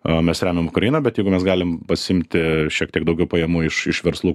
a mes remiam ukrainą bet jeigu mes galim pasiimti šiek tiek daugiau pajamų iš iš verslų